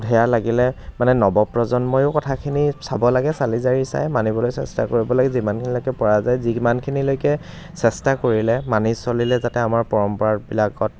সেয়া লাগিলে মানে নৱপ্ৰজন্মইও কথাখিনি চাব লাগে চালি জাৰি চাই মানিবলৈ চেষ্টা কৰিব লাগে যিমানখিনিলৈকে পৰা যায় যিমানখিনিলৈকে চেষ্টা কৰিলে মানি চলিলে যাতে আমাৰ পৰম্পৰাবিলাকত